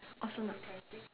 oh so no